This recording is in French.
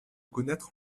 connaitre